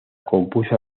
compuso